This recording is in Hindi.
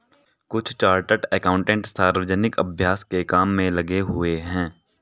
कुछ चार्टर्ड एकाउंटेंट सार्वजनिक अभ्यास के काम में लगे हुए हैं